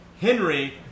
Henry